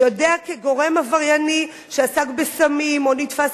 שידוע כגורם עברייני שעסק בסמים או נתפס